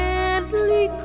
Gently